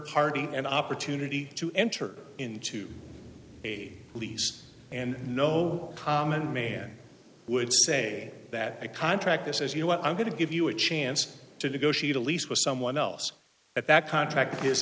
party an opportunity to enter into a lease and no common man would say that a contract this is you know what i'm going to give you a chance to go she'd a lease with someone else at that contract